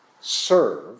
serve